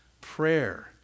prayer